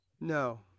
No